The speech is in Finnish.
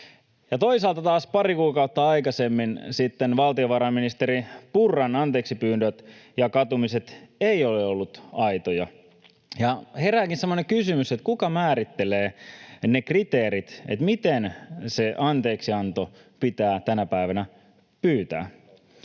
toisaalta taas pari kuukautta aikaisemmin valtiovarainministeri Purran anteeksipyynnöt ja katumiset eivät olleet aitoja. Herääkin semmoinen kysymys, kuka määrittelee ne kriteerit, miten se anteeksianto pitää tänä päivänä pyytää.